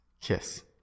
Kiss